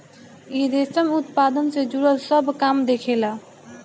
इ रेशम उत्पादन से जुड़ल सब काम देखेला